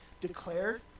declared